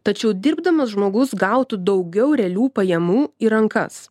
tačiau dirbdamas žmogus gautų daugiau realių pajamų į rankas